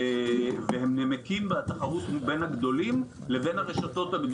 והם נמקים בתחרות בין הגדולים לבין הרשתות הגדולות.